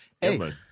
hey